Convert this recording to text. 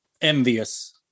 envious